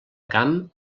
camp